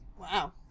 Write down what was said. Wow